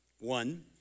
One